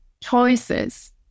choices